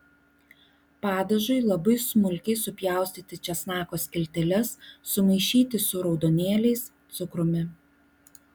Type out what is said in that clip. padažui labai smulkiai supjaustyti česnako skilteles sumaišyti su raudonėliais cukrumi